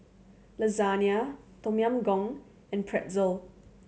Lasagne Tom Yam Goong and Pretzel